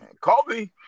Kobe